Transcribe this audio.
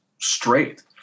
straight